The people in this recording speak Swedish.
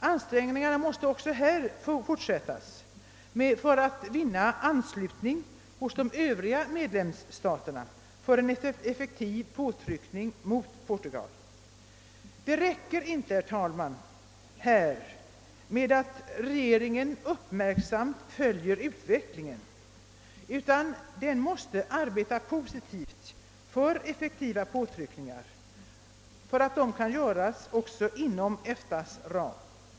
Ansträngningarna måste också här fortsättas för att vinna anslutning hos de övriga medlemsstaterna för att åstadkomma en effektiv påtryckning mot Portugal. Det räcker inte här, herr talman, med att regeringen uppmärksamt följer utvecklingen, utan den måste arbeta positivt för att effektiva påtryckningar mot Portugal skall kunna göras även inom EFTA:s ram.